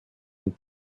den